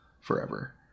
forever